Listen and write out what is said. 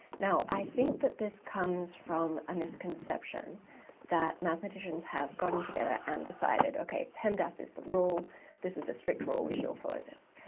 now i think that this comes from a misconception that mathematicians have gotten together and decided ok pemdas is the rule this is a strict rule we should all follow this.